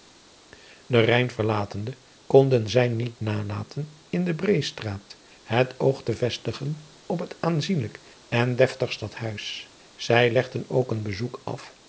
ijn verlatende konden zij niet nalaten in de reêstraat het oog te vestigen op het aanzienlijk en deftig tadhuis ij legden ook een bezoek af